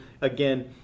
again